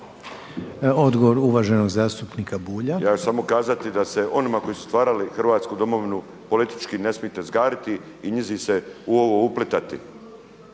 Odgovor uvaženog zastupnika Bulja. **Bulj, Miro (MOST)** Ja ću samo kazati da se onima koji su stvarali Hrvatsku domovinu politički ne smije tezgariti i njizi se u ovo uplitati.